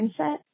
mindset